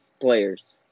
players